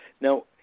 Now